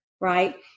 right